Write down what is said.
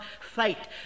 fight